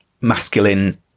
masculine